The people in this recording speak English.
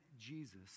Jesus